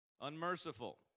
unmerciful